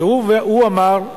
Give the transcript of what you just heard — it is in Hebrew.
שהוא אמר: